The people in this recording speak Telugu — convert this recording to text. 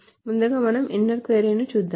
ముందుగా మనం ఇన్నర్ క్వరీ ను చూద్దాం